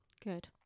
Good